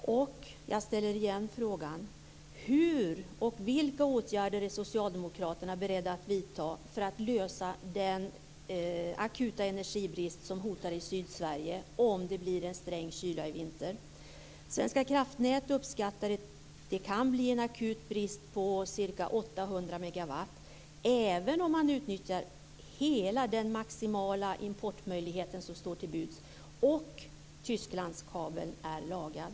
Jag upprepar också denna fråga: Vilka åtgärder är socialdemokraterna beredda att vidta för att lösa den akuta energibrist som hotar i Sydsverige om det blir sträng kyla i vinter? Svenska kraftnät uppskattar att det kan bli en akut brist på ca 800 megawatt även om man utnyttjar hela den maximala importmöjlighet som står till buds och Tysklandskabeln är lagad.